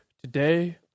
today